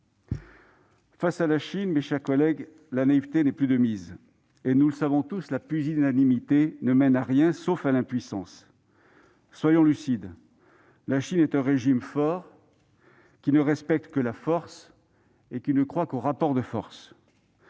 Face à la Chine, mes chers collègues, la naïveté n'est donc plus permise, et, nous le savons tous, la pusillanimité ne mène à rien, sauf à l'impuissance. Soyons lucides : la Chine est un régime fort, qui ne respecte que la force et qui ne croit qu'aux rapports de force.